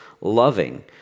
loving